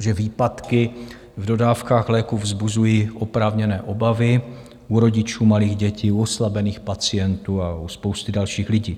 že výpadky v dodávkách léků vzbuzují oprávněné obavy u rodičů malých dětí, u oslabených pacientů a u spousty dalších lidí.